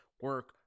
Work